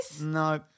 No